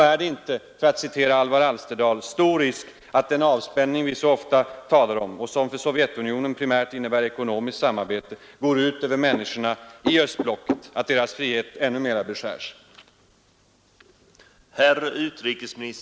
Är det inte — för att citera Alvar Alsterdal — stor risk att den avspänning vi så ofta talar om, och som för Sovjetunionen primärt innebär ekonomiskt samarbete, går ut över människorna i östblocket, att deras frihet ännu mera beskärs?